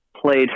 Played